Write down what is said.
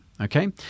okay